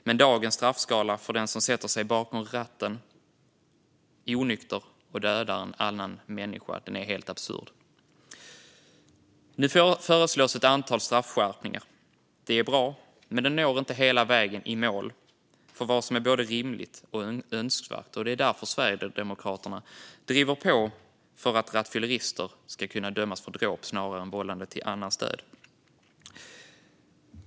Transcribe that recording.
Men dagens straffskala för den som sätter sig bakom ratten onykter och dödar en annan människa är helt absurd. Nu föreslås ett antal straffskärpningar. Det är bra, men det når inte hela vägen i mål för vad som är både rimligt och önskvärt. Det är därför Sverigedemokraterna driver på för att rattfyllerister ska kunna dömas för dråp snarare än vållande till annans död.